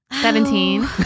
Seventeen